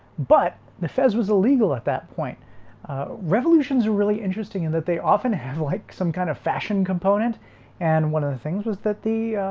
but the fez was illegal at that point ah revolutions are really interesting in that they often have like some kind of fashion component and one of the things was that the